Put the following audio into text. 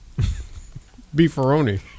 Beefaroni